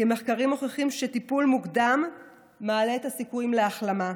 כי מחקרים מוכיחים שטיפול מוקדם מעלה את הסיכויים להחלמה.